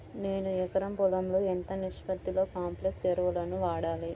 నేను ఎకరం పొలంలో ఎంత నిష్పత్తిలో కాంప్లెక్స్ ఎరువులను వాడాలి?